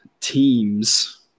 teams